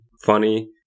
funny